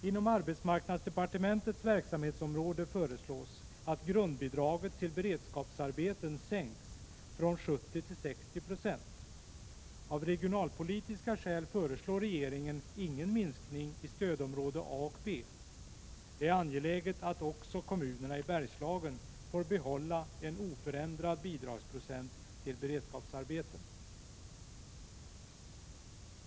Inom arbetsmarknadsdepartementets verksamhetsområde föreslås att grundbidraget till beredskapsarbeten sänks från 70 96 till 60 26. Av regionalpolitiska skäl föreslår regeringen ingen minskning i stödområde A och B. Det är angeläget att också kommunerna i Bergslagen får behålla en oförändrad bidragsprocent till beredskapsarbeten.